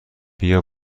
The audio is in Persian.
بیا